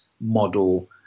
model